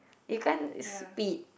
you can't speed